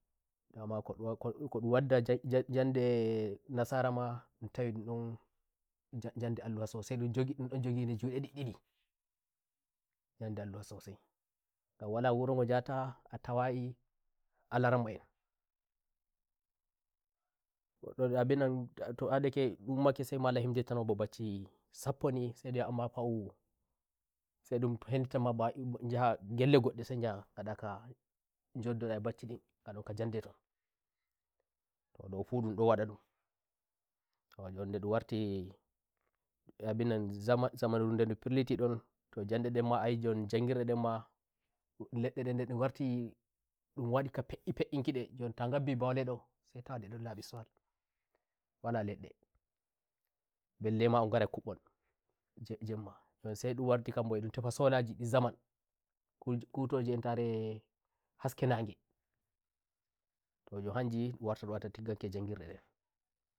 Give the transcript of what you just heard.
ndama "kodun wa ko ndu wadda" "njande nasara ma ndun tawi ndun ndon njanga njande alluwa sosai ndun ndon njogide njude ndiddi ndinjande alluwa sosai ngan wala wuri ngo njata a tawayi alaramma enngoddo abinan to adake ummake sai malam ba bacci sappo ni'i sai ndun wi'a amma fa'usai ndun hemditan ma ba njaha gellengodde sai njaha ngada ka njoddoda e bacci ndinngadon ka njande tonto ndofu ndundon wadadumto njon ndun wartiabinan zaman zamanuru ndedu firliti ndonto njande nden ma ayi njon njangirde ndenmaleddeden ndede ngartindun wadi ka fe'i fe'in kidenjon ta ngabbi baule ndosai towa nde ndon labi solwal leddebellema ongarai kubbon " je jemma"njon sai ndun warti kadinbo solaji ndi zamankudoji entare haske nageto jon hanji warti ndun wadi nga tiggan ki njangirde nden